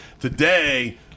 Today